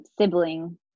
sibling